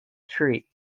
tree